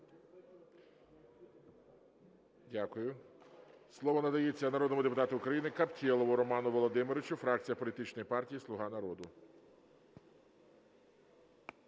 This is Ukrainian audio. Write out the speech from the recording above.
Дякую. Слово надається народному депутату України Каптєлову Роману Володимировичу, фракція політичної партії "Слуга народу".